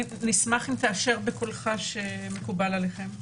נשמח אם תאשר בקולך שמקובל עליכם.